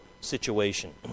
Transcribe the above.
situation